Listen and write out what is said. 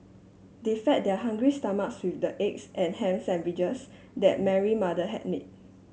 they fed their hungry stomachs with the eggs and ham sandwiches that Mary mother had made